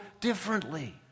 differently